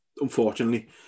unfortunately